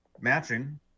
matching